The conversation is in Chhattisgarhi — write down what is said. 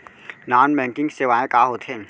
नॉन बैंकिंग सेवाएं का होथे?